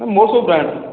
ମୋର ସବୁ ବ୍ରାଣ୍ଡ୍